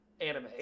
anime